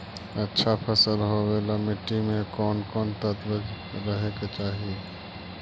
अच्छा फसल होबे ल मट्टी में कोन कोन तत्त्व रहे के चाही?